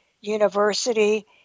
University